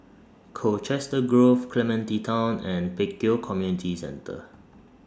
Colchester Grove Clementi Town and Pek Kio Community Centre